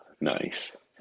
nice